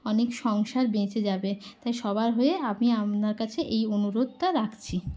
অনেক সংসার বেঁচে যাবে তাই সবার হয়ে আমি আমনার কাছে এই অনুরোধটা রাখছি